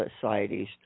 societies